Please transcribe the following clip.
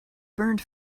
burned